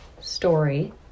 story